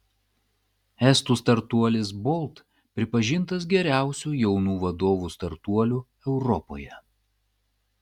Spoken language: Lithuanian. estų startuolis bolt pripažintas geriausiu jaunų vadovų startuoliu europoje